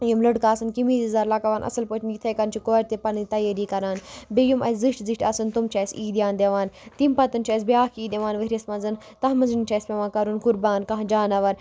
یِم لٔڑکہٕ آسَن قمیٖض یَزار لَگاوان اَصٕل پٲٹھۍ یِتھَے کٔنۍ چھِ کورِ تہِ پَنٕںۍ تیٲری کَران بیٚیہِ یُم اَسہِ زِٹھۍ زِٹھۍ آسَن تٕم چھِ اَسہِ عیٖدیان دِوان تَمہِ پَتہٕ چھُ اَسہِ بیٛاکھ عیٖد یِوان ؤریَس منٛز تَتھ منٛز چھُ اَسہِ پٮ۪وان کَرُن قُربان کانٛہہ جاناوَر